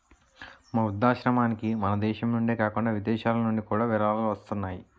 మా వృద్ధాశ్రమానికి మనదేశం నుండే కాకుండా విదేశాలనుండి కూడా విరాళాలు వస్తున్నాయి